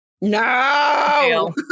No